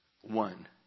One